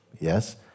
yes